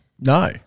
no